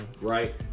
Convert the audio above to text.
Right